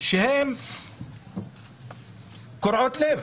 שקורעים לב